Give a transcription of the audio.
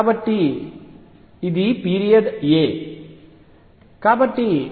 కాబట్టి ఇది period a